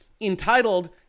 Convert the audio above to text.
entitled